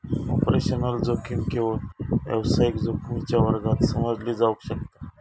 operational जोखीम केवळ व्यावसायिक जोखमीच्या वर्गात समजली जावक शकता